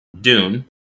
Dune